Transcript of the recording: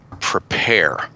Prepare